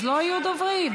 לא יהיו דוברים.